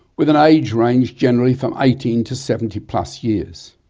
with an age range generally from eighteen to seventy plus years.